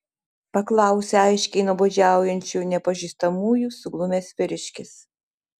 paklausė aiškiai nuobodžiaujančių nepažįstamųjų suglumęs vyriškis